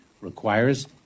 requires